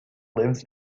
lives